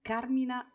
Carmina